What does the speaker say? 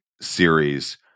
series